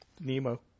Nemo